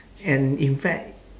and in fact